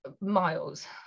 miles